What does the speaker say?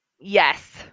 Yes